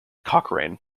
cochrane